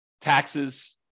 taxes